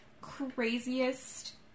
craziest